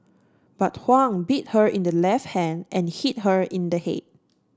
but Huang bit her in the left hand and hit her in the head